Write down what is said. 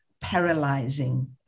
paralyzing